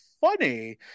funny